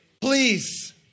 Please